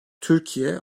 türkiye